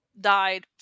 died